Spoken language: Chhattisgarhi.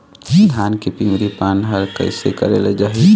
धान के पिवरी पान हर कइसे करेले जाही?